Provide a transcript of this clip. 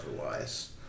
otherwise